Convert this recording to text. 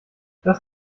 das